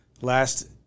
last